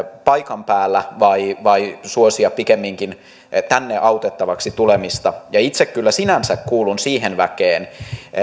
paikan päällä vai vai suosia pikemminkin tänne autettavaksi tulemista itse kyllä sinänsä kuulun siihen väkeen